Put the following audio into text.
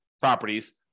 properties